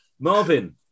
Marvin